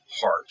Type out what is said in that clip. heart